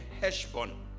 Heshbon